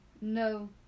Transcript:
No